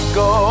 go